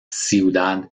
ciudad